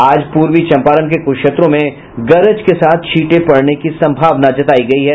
आज पूर्वी चंपारण के कुछ क्षेत्रों में गरज के साथ छिंटे पड़ने की संभावना है